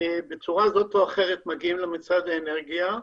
בצורה זו או אחרת מגיעים למשרד האנרגיה,